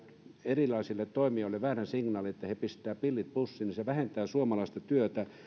erilaisille toimijoille väärän signaalin niin että he pistävät pillit pussiin niin se vähentää suomalaista työtä